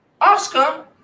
Oscar